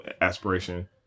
aspiration